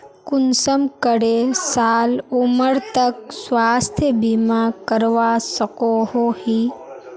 कुंसम करे साल उमर तक स्वास्थ्य बीमा करवा सकोहो ही?